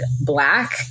Black